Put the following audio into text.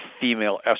female